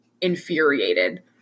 infuriated